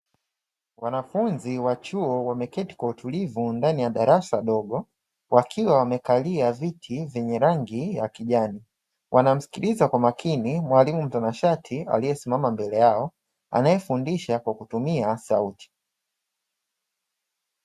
Wanafunzi wa chuo wameketi kwa utulivu ndani ya darasa ndogo wakiwa wamekalia viti vyenye rangi ya kijani, wanamsikiliza kwa makini mwalimu mtanashati aliyesimama mbele yao anayefundisha kwa kutumia sauti.